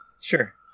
Sure